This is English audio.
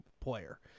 player